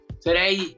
today